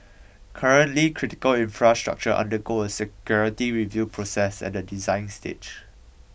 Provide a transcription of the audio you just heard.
currently critical infrastructure undergo a security review process at the design stage